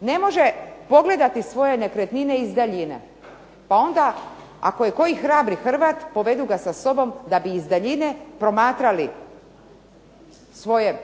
Ne može pogledati svoje nekretnine iz daljine. Pa onda ako je koji hrabri Hrvat povedu ga sa sobom da bi iz daljine promatrali svoje